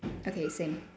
okay same